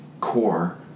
core